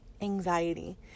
anxiety